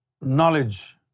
knowledge